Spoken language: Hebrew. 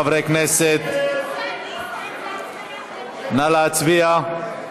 חברי הכנסת, נא להצביע.